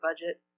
budget